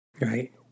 Right